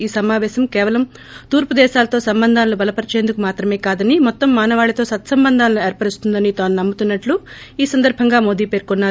ఈ సమాపేశం కేవలం తూర్పు దేశాలతో సంబంధాలను బలపరిచేందుకు మాత్రమే కాదని మొత్తం మానవాళితో సత్పంబంధాలను ఏర్పరుస్తుందని తాను నమ్ముతున్నట్లు ఈ సందర్బంగా మోదీ పేర్కొన్నారు